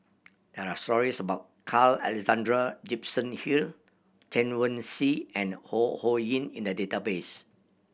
there are stories about Carl Alexander Gibson Hill Chen Wen Hsi and Ho Ho Ying in the database